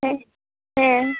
ᱦᱮ ᱦᱮᱸ